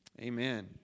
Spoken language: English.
amen